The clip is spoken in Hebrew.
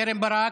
קרן ברק,